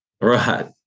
Right